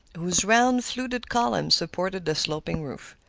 whose round, fluted columns supported the sloping roof.